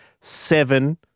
seven